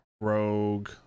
Rogue